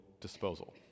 disposal